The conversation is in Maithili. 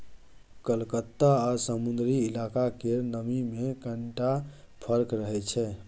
कलकत्ता आ समुद्री इलाका केर नमी मे कनिटा फर्क रहै छै